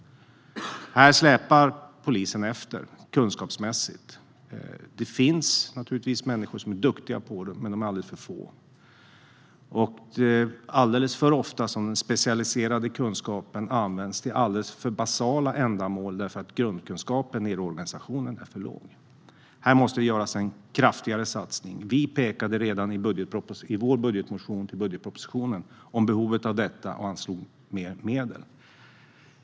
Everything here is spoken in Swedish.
Här släpar polisen efter kunskapsmässigt. Det finns naturligtvis människor som är duktiga på det, men de är alldeles för få. Det är också alldeles för ofta som den specialiserade kunskapen används till alldeles för basala ändamål därför att grundkunskapen i hela organisationen är för låg. Här måste det göras en kraftigare satsning. Vi pekade redan i vår budgetmotion till budgetpropositionen på behovet av detta och anslog mer medel.